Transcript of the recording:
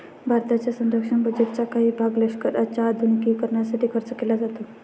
भारताच्या संरक्षण बजेटचा काही भाग लष्कराच्या आधुनिकीकरणासाठी खर्च केला जातो